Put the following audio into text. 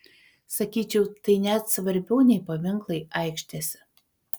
sakyčiau tai net svarbiau nei paminklai aikštėse